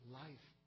life